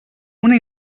una